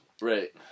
Right